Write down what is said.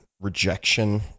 rejection